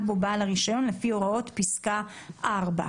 בו בעל הרישיון לפי הוראות פסקה (4)".